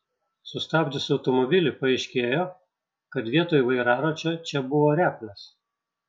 sustabdžius automobilį paaiškėjo kad vietoj vairaračio čia buvo replės